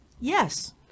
Yes